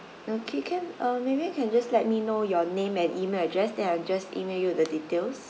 okay can uh maybe you can just let me know your name and email address then I will just email you the details